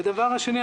דבר שני,